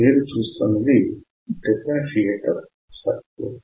మీరు చూస్తున్నది differentiator circuit